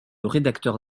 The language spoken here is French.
rédacteur